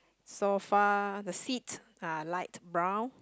so far the seats are light brown